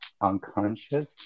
unconscious